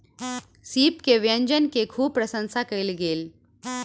सीप के व्यंजन के खूब प्रसंशा कयल गेल